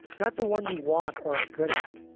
not the one you want or are good at.